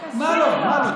מה לא, מה לא, מה לא?